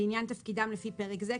לעניין תפקידם לפי פרק זה,